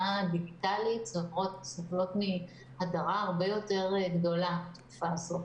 דיגיטלית סובלות מהדרה הרבה יותר גדולה בתקופה הזו.